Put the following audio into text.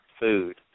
food